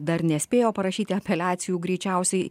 dar nespėjo parašyti apeliacijų greičiausiai